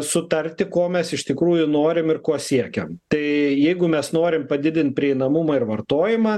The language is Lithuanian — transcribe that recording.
sutarti ko mes iš tikrųjų norim ir ko siekiam tai jeigu mes norim padidint prieinamumą ir vartojimą